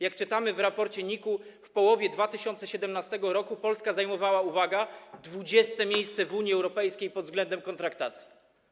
Jak czytamy w raporcie NIK-u, w połowie 2017 r. Polska zajmowała, uwaga, 20. miejsce w Unii Europejskiej pod względem kontraktacji.